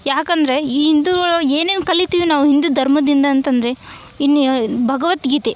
ಯಾಕಂದರೆ ಈ ಹಿಂದುಗಳು ಏನೇನು ಕಲಿತೀವಿ ನಾವು ಹಿಂದೂ ಧರ್ಮದಿಂದ ಅಂತಂದರೆ ಇನ್ನ ಯಾ ಭಗವದ್ಗೀತೆ